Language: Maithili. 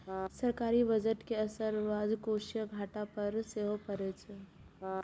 सरकारी बजट के असर राजकोषीय घाटा पर सेहो पड़ैत छैक